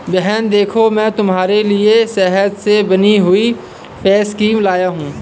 बहन देखो मैं तुम्हारे लिए शहद से बनी हुई फेस क्रीम लाया हूं